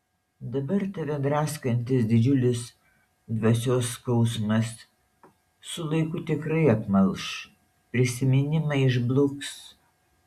dabar tave draskantis didžiulis dvasios skausmas su laiku tikrai apmalš prisiminimai išbluks